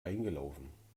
eingelaufen